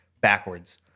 backwards